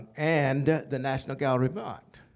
and the national gallery of art.